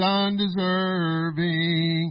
undeserving